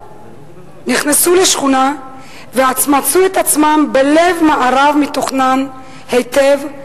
לשכונה ומצאו עצמם בלב מארב מתוכנן היטב,